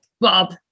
Bob